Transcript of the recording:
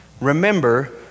remember